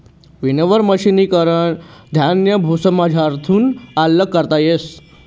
winnower मशिनकन धान्य भुसामझारथून आल्लग करता येस